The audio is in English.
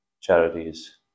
charities